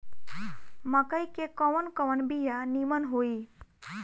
मकई के कवन कवन बिया नीमन होई?